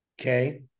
okay